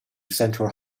central